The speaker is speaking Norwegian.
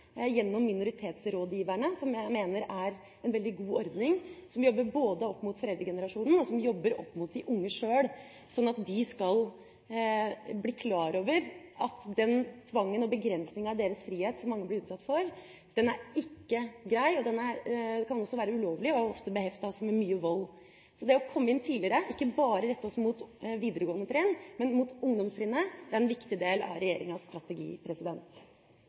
gjennom minoritetsrådgiverne, som jeg mener er en veldig god ordning, og som jobber både opp mot foreldregenerasjonen og opp mot de unge sjøl, sånn at de skal bli klar over at tvangen og begrensninga i deres frihet, som mange blir utsatt for, ikke er grei – den kan også være ulovlig og er ofte beheftet med mye vold. Så det å komme inn tidligere – ikke bare rette oss mot videregående trinn, men også mot ungdomstrinnet – er en viktig del av regjeringas strategi.